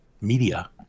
media